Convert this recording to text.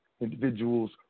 individuals